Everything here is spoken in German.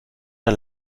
der